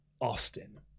austin